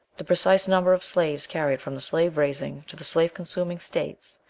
the precise number of slaves carried from the slave-raising to the slave-consuming states,